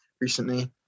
recently